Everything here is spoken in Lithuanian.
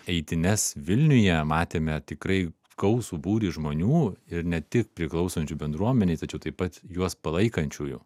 eitynes vilniuje matėme tikrai gausų būrį žmonių ir ne tik priklausančių bendruomenei tačiau taip pat juos palaikančiųjų